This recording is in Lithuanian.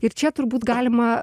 ir čia turbūt galima